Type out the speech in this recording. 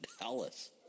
Dallas